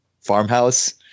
farmhouse